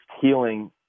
healing